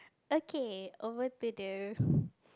okay over to the